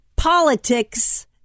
politics